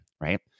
right